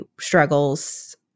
struggles